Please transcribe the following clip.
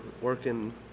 working